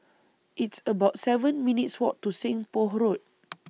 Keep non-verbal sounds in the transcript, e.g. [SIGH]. It's about seven minutes' Walk to Seng Poh Road [NOISE]